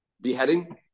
beheading